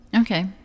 Okay